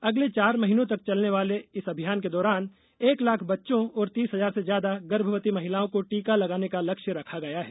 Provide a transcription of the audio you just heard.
अगले चार महीने तक चलने वाले अभियान के दौरान एक लाख बच्चों और तीस हजार से ज्यादा गर्भवती महिलाओं को टीका लगाने का लक्ष्य रखा गया है